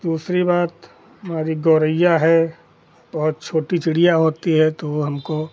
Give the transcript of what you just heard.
दूसरी बात हमारी गौरैया है बहुत छोटी चिड़िया होती है तो वह हमको